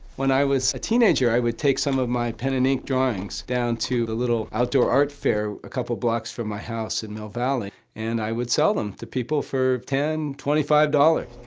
when i was a teenager i would take some of my pen and ink drawings down to the little outdoor art fair a couple block from my house in mill valley, and i would sell them to people for ten, twenty-five dollars.